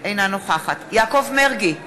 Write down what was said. אינה נוכחת יעקב מרגי,